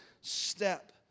step